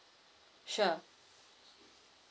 sure